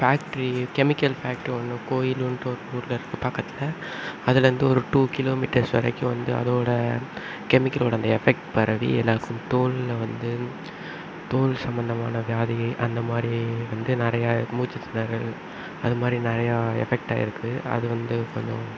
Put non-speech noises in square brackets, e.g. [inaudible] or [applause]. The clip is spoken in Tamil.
ஃபேக்ட்ரி கெமிக்கல் ஃபேக்ட்ரி ஒன்று கோயில் ஒன் [unintelligible] பக்கத்தில் அதுலருந்து ஒரு டூ கிலோமீட்டர்ஸ் வரைக்கும் வந்து அதோடய கெமிக்கலோடய அந்த எஃபெக்ட் பரவி எல்லாருக்கும் தோலில் வந்து தோல் சம்பந்தமான வியாதி அந்த மாதிரி வந்து நிறையா மூச்சுத் திணறல் அதுமாதிரி நிறையா எஃபெக்டாகருக்கு அது வந்து கொஞ்சம்